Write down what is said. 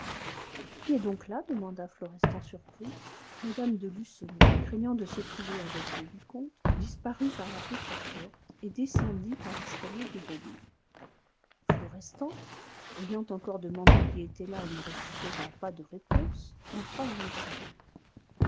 qui est donc là demanda florestan surpris mme de lucenay craignant de se trouver avec le vicomte disparut par la petite porte et descendit par l'escalier dérobé florestan ayant encore demandé qui était là et ne recevant pas de réponse entra dans le salon